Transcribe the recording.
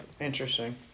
interesting